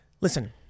Listen